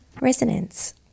Resonance